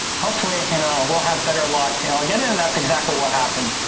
hopefully, you know, we'll have better luck, and we'll get in, and that's exactly what happened.